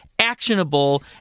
actionable